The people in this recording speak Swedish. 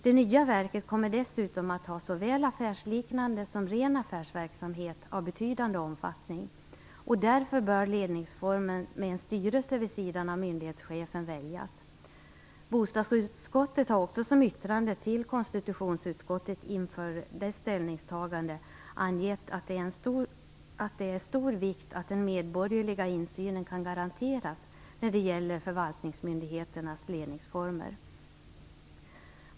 Det nya verket kommer dessutom att ha såväl affärsliknande som ren affärsverksamhet av betydande omfattning. Därför bör ledningsformen med en styrelse vid sidan av myndighetschefen väljas. Bostadsutskottet har också som yttrande till konstitutionsutskottet inför dess ställningstagande angett att det är av stor vikt att den medborgerliga insynen kan garanteras när det gäller förvaltningsmyndigheternas ledningsformer.